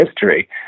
history